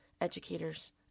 educators